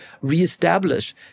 reestablish